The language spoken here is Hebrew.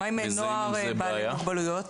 מה עם בני נוער בעלי מוגבלויות?